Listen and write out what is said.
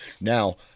Now